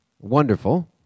wonderful